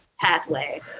pathway